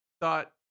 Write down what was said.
thought